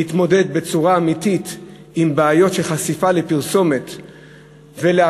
במקום להתמודד בצורה אמיתית עם בעיות של חשיפה לפרסומת ולהשפעה,